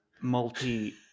multi